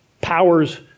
powers